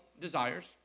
desires